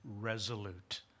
resolute